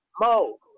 Mo